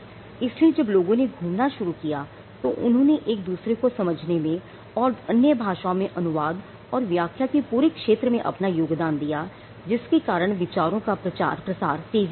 इसलिए जब लोगों ने घूमना शुरू किया तो उन्होंने एक दूसरे को समझने में और अन्य भाषाओं में अनुवाद और व्याख्या के पूरे क्षेत्र में अपना योगदान दिया जिसके कारण विचारों का प्रचार प्रसार तेजी से हुआ